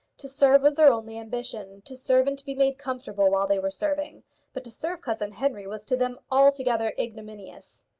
to serve was their only ambition to serve and to be made comfortable while they were serving but to serve cousin henry was to them altogether ignominious.